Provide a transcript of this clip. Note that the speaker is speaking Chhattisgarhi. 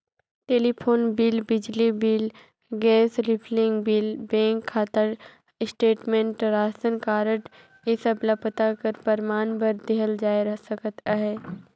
टेलीफोन बिल, बिजली bill, gas refilling bill, bank खाता स्टेटमेंट, रासन कारड ए सब ल पता कर परमान बर देहल जाए सकत अहे